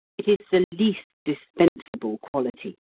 it is the least dispensable quality.